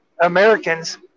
Americans